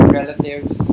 relatives